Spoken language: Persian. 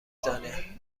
زنه